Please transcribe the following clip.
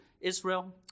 Israel